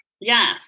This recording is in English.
Yes